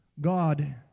God